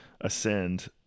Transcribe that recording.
ascend